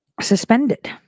suspended